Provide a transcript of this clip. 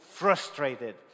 frustrated